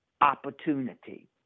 opportunity